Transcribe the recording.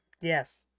Yes